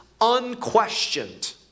unquestioned